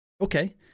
okay